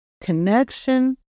connection